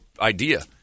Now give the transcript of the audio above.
idea